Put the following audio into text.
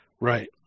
Right